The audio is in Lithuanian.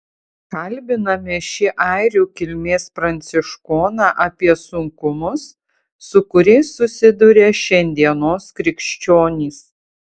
kalbiname šį airių kilmės pranciškoną apie sunkumus su kuriais susiduria šiandienos krikščionys